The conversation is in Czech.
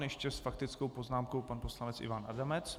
Ještě s faktickou poznámkou pan poslanec Ivan Adamec.